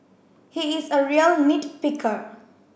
he is a real nit picker